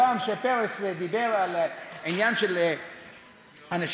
פעם כשפרס דיבר על העניין של אנשים,